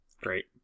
great